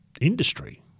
industry